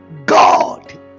god